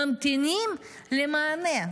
שממתינות למענה.